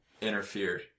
interfered